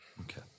Okay